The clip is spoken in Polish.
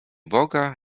boga